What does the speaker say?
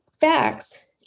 facts